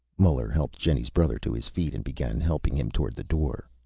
muller helped jenny's brother to his feet and began helping him toward the door.